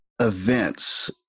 events